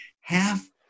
half